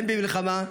הן במלחמה.